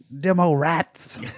Demo-rats